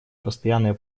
постоянная